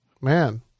Man